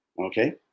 okay